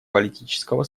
политического